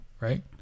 right